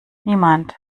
niemand